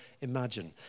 imagine